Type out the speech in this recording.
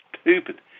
stupid